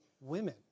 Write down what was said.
women